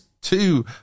two